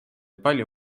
palju